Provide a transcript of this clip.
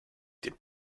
did